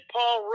Paul